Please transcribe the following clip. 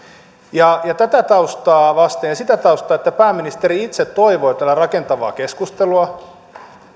tätä taustaa vasten ja sitä taustaa että pääministeri itse toivoi täällä rakentavaa keskustelua